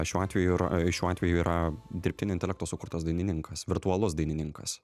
šiuo atveju yra ir šiuo atveju yra dirbtinio intelekto sukurtas dainininkas virtualus dainininkas